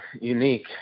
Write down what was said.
unique